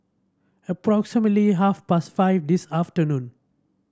approximately half past five this afternoon